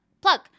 plug